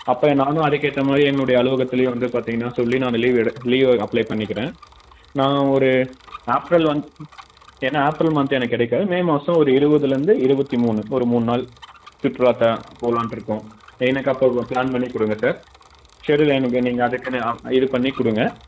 அப்போ நானும் அதுக்கேற்ற மாதிரி என்னுடைய அலுவகத்திலயே வந்து பார்த்தீங்கன்னா சொல்லி நான் லீவு எடு லீவை அப்ளை பண்ணிக்கிறேன் நான் ஒரு ஏப்ரல் மந்த் ஏனால் ஏப்ரல் மந்த் எனக்கு கிடைக்காது மே மாதம் ஒரு இருபதுலேந்து இருபத்தி மூணு ஒரு மூணு நாள் சுற்றுலா த போகலான்ருக்கோம் எனக்கு அப்போ வ ப்ளான் பண்ணிக் கொடுங்க சார் ஷெடியூல் எனக்கு நீங்கள் அதுக்குன்னு ஆ இது பண்ணிக் கொடுங்க